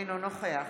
אינו נוכח